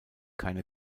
keine